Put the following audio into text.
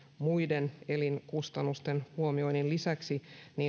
muiden elinkustannusten huomioinnin lisäksi